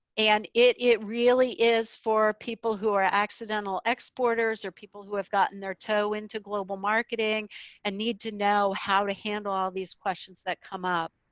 and it it really is for people who are accidental exporters or people who have gotten their toe into global marketing and need to know how to handle all these questions that come up.